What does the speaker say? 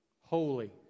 Holy